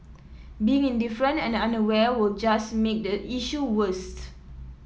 being indifferent and unaware will just make the issue worse